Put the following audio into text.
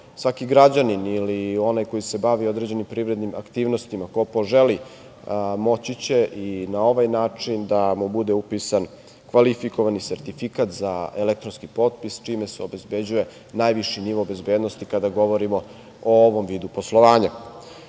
svaki građanin ili onaj koji se bavi određenim privrednim aktivnostima, ko poželi moći će i na ovaj način da mu bude upisani kvalifikovani sertifikat za elektronski potpis čime se obezbeđuje viši nivo bezbednosti kada govorimo o ovom vidu poslovanja. Šta